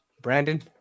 brandon